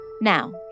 Now